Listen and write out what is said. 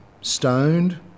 stoned